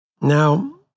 Now